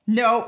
no